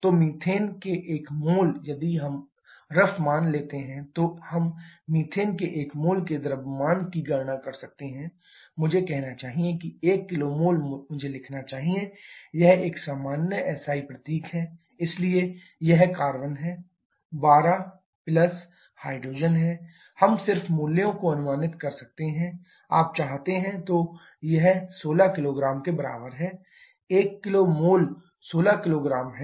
तो मीथेन के 1 मोल यदि हम रफ मान लेते हैं तो हम मीथेन के 1 मोल के द्रव्यमान की गणना कर सकते हैं मुझे कहना चाहिए कि 1 किलो मोल मुझे लिखना चाहिए यह एक सामान्य एसआई प्रतीक है इसलिए यह कार्बन है 12 प्लस हाइड्रोजन है हम सिर्फ मूल्यों को अनुमानित कर सकते हैं आप चाहते हैं तो यह 16 किलोग्राम के बराबर है 1 किलो मोल 16 किलोग्राम है